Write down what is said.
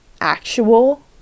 actual